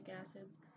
acids